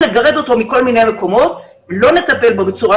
בחברה הערבית יש לנו אחוזים גדולים של